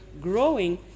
growing